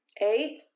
eight